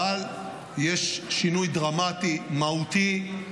אבל יש שינוי דרמטי, מהותי.